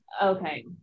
Okay